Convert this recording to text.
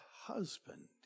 husband